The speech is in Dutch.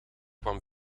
kwam